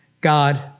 God